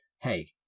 hey